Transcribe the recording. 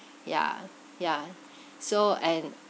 yeah yeah so and